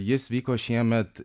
jis vyko šiemet